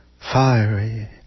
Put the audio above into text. Fiery